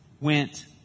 went